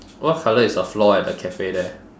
what colour is the floor at the cafe there